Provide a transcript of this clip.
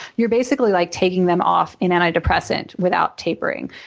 you're basically like taking them off an anti-depressant without tapering.